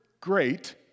great